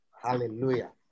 Hallelujah